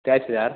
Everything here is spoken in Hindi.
तेईस हज़ार